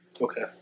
Okay